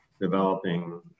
developing